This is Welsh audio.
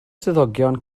swyddogion